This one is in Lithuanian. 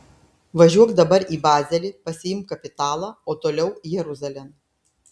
važiuok dabar į bazelį pasiimk kapitalą o toliau jeruzalėn